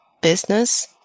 business –